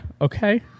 Okay